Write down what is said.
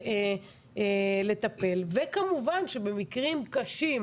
לטפל, וכמובן שבמקרים קשים